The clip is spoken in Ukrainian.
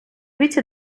віці